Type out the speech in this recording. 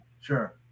sure